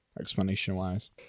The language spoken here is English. explanation-wise